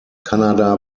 kanada